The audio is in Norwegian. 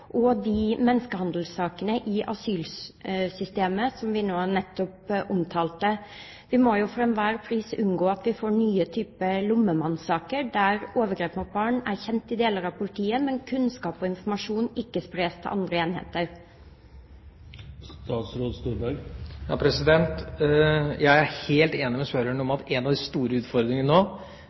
og de menneskehandelsakene i asylsystemet som vi nettopp omtalte? Vi må jo for enhver pris unngå at vi får nye saker av typen Lommemannen-saken, der overgrep mot barn er kjent i deler av politiet, men der kunnskap og informasjon ikke spres til andre enheter. Jeg er helt enig med spørreren i at en av de store utfordringene nå